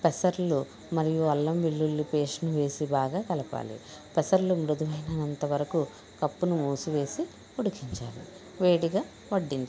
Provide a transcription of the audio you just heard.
పెసర్లు మరియు అల్లం వెల్లుల్లి పేస్ట్ ని వేసి బాగా కలపాలి పెసర్లు మృదువైననంతవరకు కప్పు ను మూసివేసి ఉడికించాలి వేడిగా వడ్డించాలి